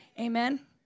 Amen